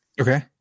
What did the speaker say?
Okay